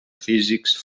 físics